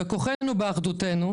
כוחנו באחדותנו.